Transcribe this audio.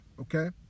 okay